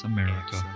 America